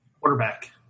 quarterback